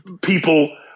people